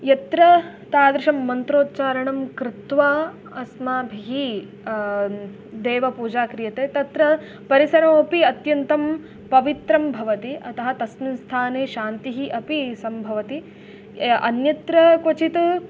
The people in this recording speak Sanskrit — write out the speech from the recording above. यत्र तादृशं मन्त्रोच्चारणं कृत्वा अस्माभिः देवपूजा क्रियते तत्र परिसरमपि अत्यन्तं पवित्रं भवति अतः तस्मिन् स्थाने शान्तिः अपि सम्भवति य अन्यत्र क्वचित्